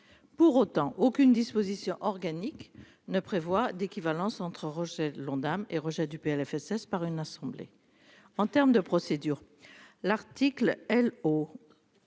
pour autant aucune disposition organique ne prévoit d'équivalence entre Roger l'Ondam et rejet du PLFSS par une assemblée en terme de procédure, l'article L